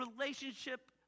relationship